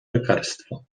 lekarstwa